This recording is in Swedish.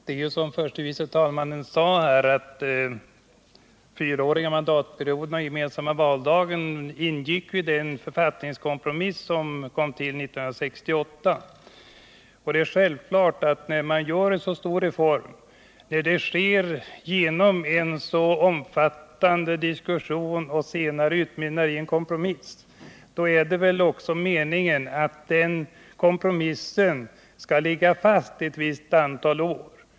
Herr talman! Som förste vice talmannen sade ingick treåriga mandatperioder och den gemensamma valdagen i den författningskompromiss som kom till 1968. Det är självklart att när man gör en så stor reform och den sker efter en så omfattande diskussion som utmynnar i en kompromiss, då är det också meningen att den kompromissen skall ligga fast ett antal år framåt.